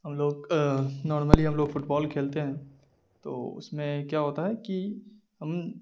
ہم لوگ نارملی ہم لوگ فٹ بال کھیلتے ہیں تو اس میں کیا ہوتا ہے کہ ہم